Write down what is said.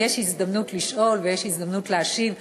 אם יש הזדמנות לשאול ויש הזדמנות להשיב,